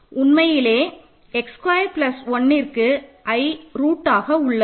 உண்மையில் x square plus 1ற்கு i ஒரு ரூட் ஆக உள்ளது